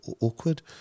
awkward